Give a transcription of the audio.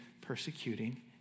persecuting